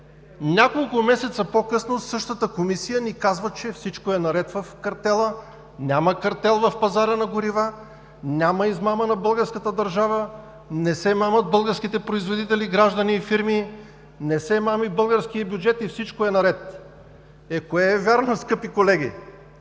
Няколко месеца по-късно същата Комисия ни казва, че всичко е наред в картела, няма картел в пазара на горива, няма измама на българската държава, не се мамят българските производители, граждани и фирми, не се мами българският бюджет и всичко е наред. Е, кое е вярно, скъпи колеги?